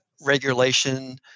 regulation